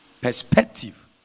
perspective